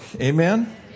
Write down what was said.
amen